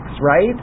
right